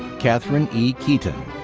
katherine e. keaten.